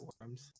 Worms